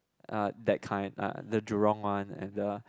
uh that kind uh the Jurong one and the